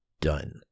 Done